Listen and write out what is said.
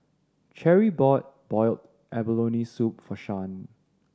Cherie bought boiled abalone soup for Shan